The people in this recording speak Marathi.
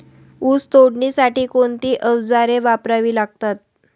ऊस तोडणीसाठी कोणती अवजारे वापरावी लागतात?